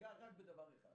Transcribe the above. ואגע רק בדבר אחד